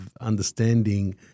understanding